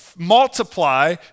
multiply